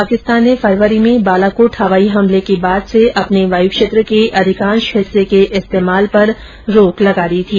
पाकिस्तान ने फरवरी में बालाकोट हवाई हमले के बाद से अपने वायु क्षेत्र के अधिकांश हिस्से के इस्तेमाल पर रोक लगा दी थी